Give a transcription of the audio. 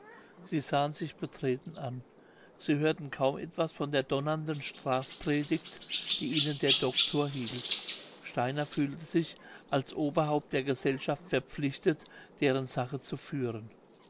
sie sahen sich betreten an sie hörten kaum etwas von der donnernden strafpredigt die ihnen der doktor hielt steiner fühlte sich als oberhaupt der gesellschaft verpflichtet deren sache zu führen